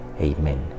Amen